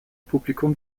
publikum